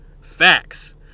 Facts